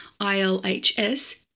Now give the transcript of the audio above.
ILHS